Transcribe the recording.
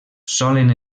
solen